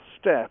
step